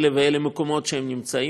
אלה ואלה המקומות שבהם הם נמצאים,